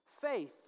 Faith